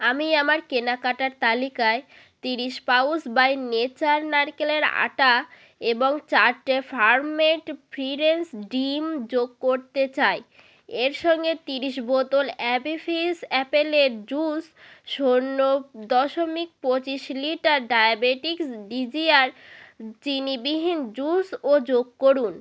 আমি আমার কেনাকাটার তালিকায় ত্রিশ পাউচ বাই নেচার নারকেলের আটা এবং চার tray farm made free range ডিম যোগ করতে চাই এর সঙ্গে ত্রিশ বোতল অ্যাপি ফিজ আপেলের জুস শূন্য দশমিক পঁচিশ লিটার ডায়বেটিকস ডিজায়ার চিনিবিহীন জুসও যোগ করুন